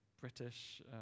British